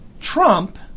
Trump